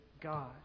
God